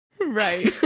Right